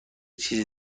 چیز